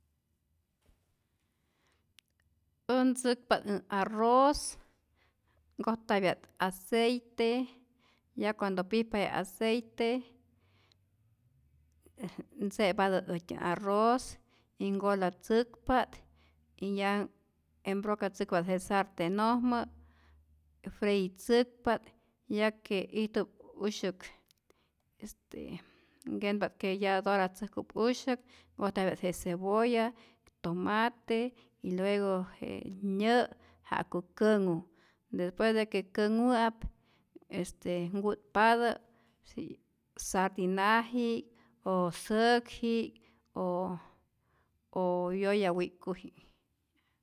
Äj ntzäkpa't äj arroz nkojtapya't aceite, ya cuando pijpa je aceite, y tze'patä äjtyä arroz y golatzäkpa't ya embrocatzäkpa't je sartenhojmä, freitzäkpa't ya que ijtu'p usya'k este nkennpa't que ya doratzäjku'p usyäk, nkojtapya't je cebolla, tomate, luego je nyä' ja'ku känhu, despues de que kanhu'ap este nku'tpatä sardinaji'k o säkji'k o yoya wi'kuji'k.